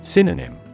Synonym